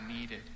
needed